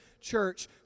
church